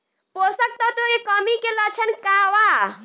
पोषक तत्व के कमी के लक्षण का वा?